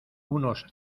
unos